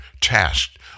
tasked